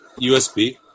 USB